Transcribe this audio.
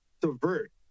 subvert